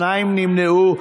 שניים נמנעו.